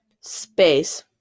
space